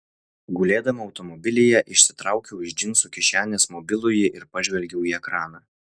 gulėdama automobilyje išsitraukiau iš džinsų kišenės mobilųjį ir pažvelgiau į ekraną